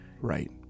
Right